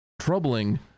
troubling